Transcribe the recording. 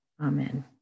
Amen